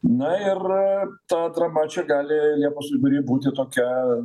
na ir ta drama čia gali liepos vidury būti tokia